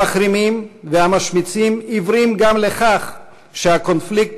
המחרימים והמשמיצים עיוורים גם לכך שהקונפליקט